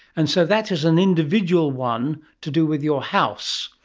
and so that is an individual one to do with your house.